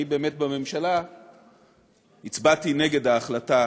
שאני בממשלה הצבעתי נגד ההחלטה